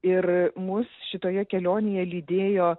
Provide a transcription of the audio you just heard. ir mus šitoje kelionėje lydėjo